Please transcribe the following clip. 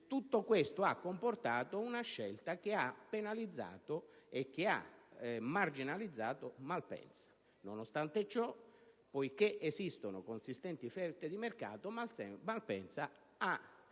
Tutto questo ha comportato una scelta che ha penalizzato e marginalizzato Malpensa. Nonostante ciò, poiché esistono consistenti fette di mercato, Malpensa ha vissuto